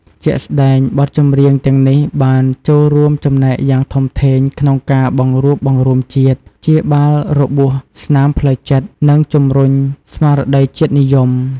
ជាក់ស្ដែង បទចម្រៀងទាំងនេះបានចូលរួមចំណែកយ៉ាងធំធេងក្នុងការ បង្រួបបង្រួមជាតិ ព្យាបាលរបួសស្នាមផ្លូវចិត្ត និងជំរុញស្មារតីជាតិនិយម។